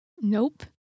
Nope